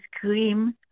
cream